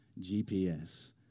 GPS